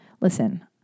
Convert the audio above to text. Listen